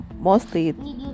mostly